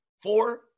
four